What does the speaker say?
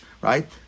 right